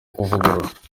kuvugurura